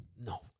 No